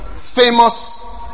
Famous